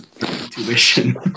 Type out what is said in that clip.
intuition